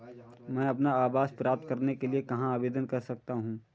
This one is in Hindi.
मैं अपना आवास प्राप्त करने के लिए कहाँ आवेदन कर सकता हूँ?